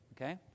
okay